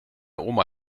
oma